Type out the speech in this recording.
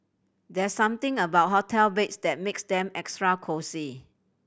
there's something about hotel beds that makes them extra cosy